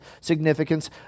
significance